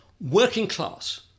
working-class